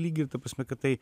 lygį ta prasme kad tai